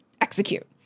execute